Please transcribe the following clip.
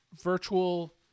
virtual